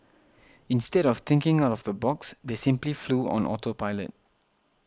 instead of thinking out of the box they simply flew on auto pilot